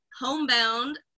homebound